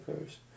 occurs